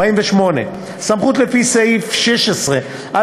48. הסמכות לפי סעיף 16(א)(ח)